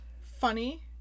Funny